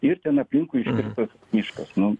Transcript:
ir ten aplinkui iškirstas miškas nu